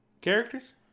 Characters